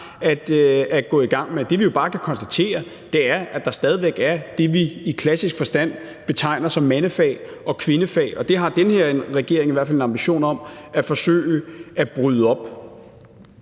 man har. Det, vi jo bare kan konstatere, er, at der stadig væk er det, vi i klassisk forstand betegner som mandefag og kvindefag. Og det har den her regering i hvert fald en ambition om at forsøge at bryde op.